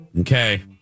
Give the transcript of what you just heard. Okay